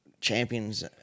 champions